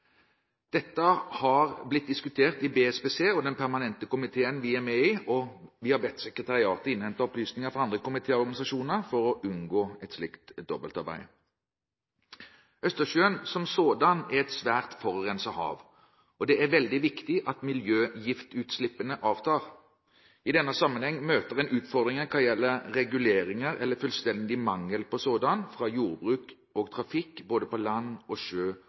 Dette har blitt diskutert i BSPC og i den permanente komiteen vi er med i, og vi har bedt sekretariatet innhente opplysninger fra andre komiteer og organisasjoner for å unngå et slikt dobbeltarbeid. Østersjøen er et svært forurenset hav, og det er veldig viktig at miljøgiftutslippene avtar. I denne sammenheng møter en utfordringer hva gjelder reguleringer, eller fullstendig mangel på sådanne, av utslipp fra jordbruk og trafikk, både på land og på sjø